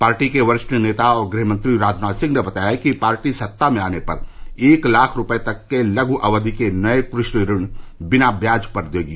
party के वरिष्ठ नेता और गृहमंत्री राजनाथ सिंह ने बताया कि पार्टी सत्ता में आने पर एक लाख रूपये तक के लघ् अवधि के नये कृषि ऋण बिना ब्याज पर देगी